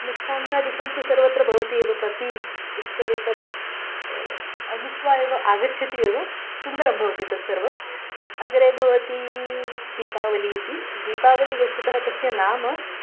मिष्टान्नदिकं तु सर्वत्र भवति एव प्रति उत्सवे तत् अनुक्त्वा एव आगच्छति एव सुन्दरं भवति तत्सर्वम् अग्रे भवती दीपावली इति दीपावलि वस्तुतः तस्य नाम